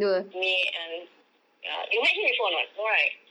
me and ya you met him before or not no right